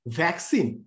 vaccine